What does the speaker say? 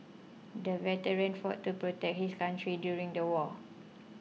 the veteran fought to protect his country during the war